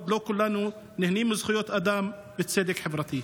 לא כולנו נהנים מזכויות אדם וצדק חברתי.